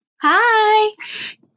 Hi